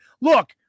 Look